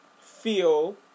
feel